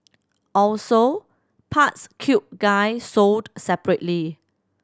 also parts cute guy sold separately